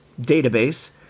database